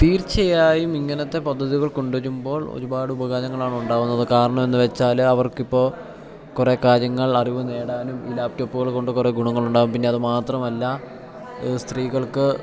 തീർച്ചയായും ഇങ്ങനത്തെ പദ്ധതികൾ കൊണ്ട് വരുമ്പോൾ ഒരുപാട് ഉപകാരങ്ങളാണ് ഉണ്ടാവുന്നത് കാരണം എന്ന് വെച്ചാൽ അവർക്ക് ഇപ്പോൾ കുറെ കാര്യങ്ങൾ അറിവ് നേടാനും ഈ ലാപ്ടോപ്പുകൾ കൊണ്ട് കുറെ ഗുണങ്ങളുണ്ടാകും പിന്നെ അത് മാത്രമല്ല സ്ത്രീകൾക്ക്